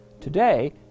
Today